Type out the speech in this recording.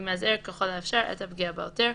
שימזער ככל האפשר את הפגיעה בעותר,